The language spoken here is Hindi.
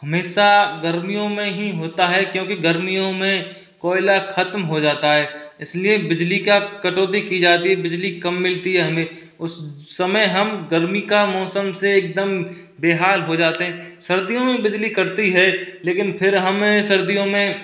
हमेशा गर्मियों में ही होता है क्योंकि गर्मियों मे कोयला ख़त्म हो जाता है इसलिए बिजली का कटौती की जाती है बिजली कम मिलती है हमे उस समय हम गर्मी का मौसम से एकदम बेहाल हो जाते हैं सर्दियों में बिजली कटती है लेकिन फिर हम सर्दियों में